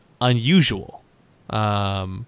unusual